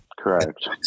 Correct